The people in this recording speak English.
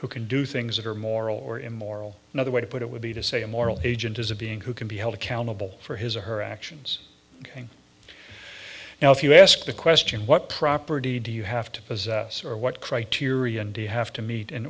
who can do things that are moral or immoral another way to put it would be to say a moral agent is a being who can be held accountable for his or her actions ok now if you ask the question what property do you have to possess or what criterion do you have to meet in